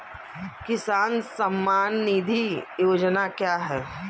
किसान सम्मान निधि योजना क्या है?